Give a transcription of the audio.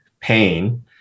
pain